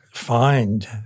find